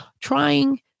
trying